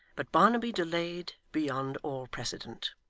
but barnaby delayed beyond all precedent.